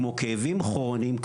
כמו כאבים כרוניים,